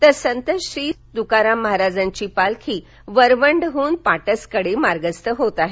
तर संत श्री तुकाराम महाराजांची पालखी वरवंडहून पाटसकडे मार्गस्थ होत आहे